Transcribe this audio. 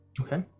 Okay